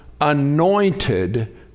anointed